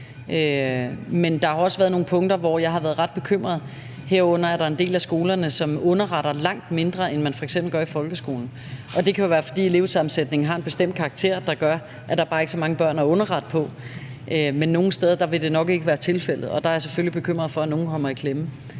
men der har også været nogle punkter, hvor jeg har været ret bekymret, herunder over, at der er en del af skolerne, som underretter langt mindre, end man f.eks. gør i folkeskolen. Det kan jo være, fordi elevsammensætningen har en bestemt karakter, der gør, at der bare ikke er så mange børn at underrette om, med nogle steder vil det nok ikke være tilfældet. Og der er jeg selvfølgelig bekymret for, at nogle af dem kommer i klemme.